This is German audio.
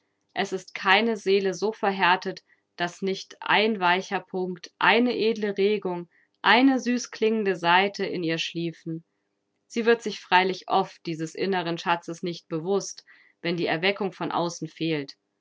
es ist keine seele so verhärtet daß nicht ein weicher punkt eine edle regung eine süßklingende saite in ihr schliefen sie wird sich freilich oft dieses inneren schatzes nicht bewußt wenn die erweckung von außen fehlt